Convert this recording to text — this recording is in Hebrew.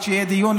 עד שיהיה דיון,